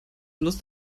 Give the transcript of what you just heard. lust